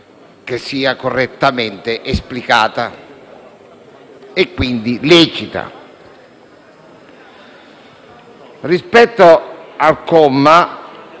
che sia correttamente esplicata, e quindi lecita. Rispetto a tale comma,